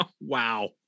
wow